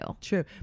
True